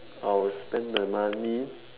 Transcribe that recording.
I will spend the money